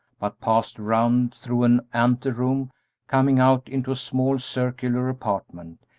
but passed around through an anteroom, coming out into a small, circular apartment,